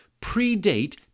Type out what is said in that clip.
predate